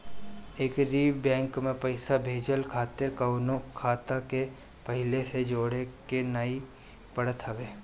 एकही बैंक में पईसा भेजला खातिर कवनो खाता के पहिले से जोड़े के नाइ पड़त हअ